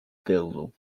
build